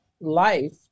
life